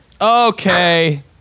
Okay